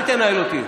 אל תנהל אותי.